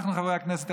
אנחנו חברי הכנסת,